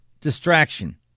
distraction